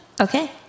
Okay